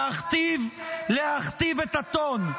להכתיב את הטון.